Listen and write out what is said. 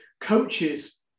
Coaches